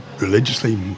Religiously